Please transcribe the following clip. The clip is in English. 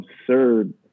absurd